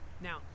Now